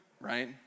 Right